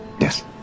yes